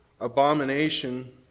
abomination